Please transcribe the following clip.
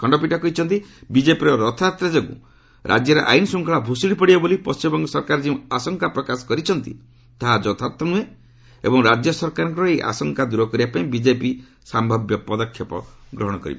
ଖଣ୍ଡପୀଠ କହିଛନ୍ତି ବିଜେପିର ରଥଯାତ୍ରା ଯୋଗୁଁ ରାଜ୍ୟରେ ଆଇନ୍ ଶୃଙ୍ଖଳା ଭୁଷୁଡ଼ି ପଡ଼ିବ ବୋଲି ପଣ୍ଟିମବଙ୍ଗ ସରକାର ଯେଉଁ ଆଶଙ୍କା ପ୍ରକାଶ କରିଛନ୍ତି ତାହା ଯଥାର୍ଥ ନୁହେଁ ଏବଂ ରାଜ୍ୟ ସରକାରଙ୍କର ଏହି ଆଶଙ୍କା ଦୂର କରିବା ପାଇଁ ବିଜେପି ସମ୍ଭାବ୍ୟ ପଦକ୍ଷେପ ଗ୍ରହଣ କରିବ